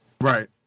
Right